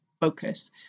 focus